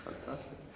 Fantastic